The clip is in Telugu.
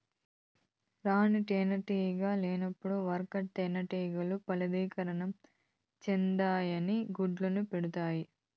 రాణి తేనెటీగ లేనప్పుడు వర్కర్ తేనెటీగలు ఫలదీకరణం చెందని గుడ్లను పెడుతాయి